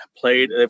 played